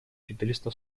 четыреста